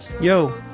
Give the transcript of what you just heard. yo